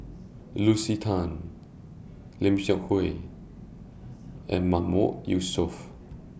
Lucy Tan Lim Seok Hui and Mahmood Yusof